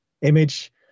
image